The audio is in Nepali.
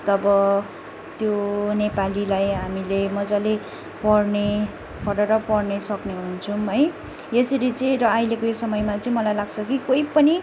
तब त्यो नेपालीलाई हामीले मज्जाले पढ्ने फरर पढ्ने सक्ने हुन्छौँ है यसरी चाहिँ र अहिलेको यो समयमा चाहिँ मलाई लाग्छ कि कोही पनि